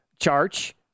Charge